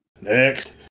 Next